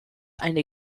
eine